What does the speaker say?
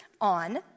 on